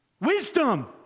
Wisdom